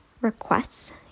requests